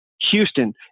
Houston